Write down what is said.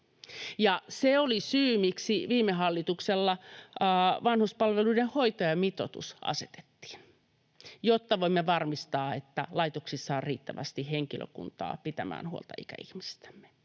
se oli syy, miksi viime hallituksella vanhuspalveluiden hoitajamitoitus asetettiin, jotta voimme varmistaa, että laitoksissa on riittävästi henkilökuntaa pitämään huolta ikäihmisistämme.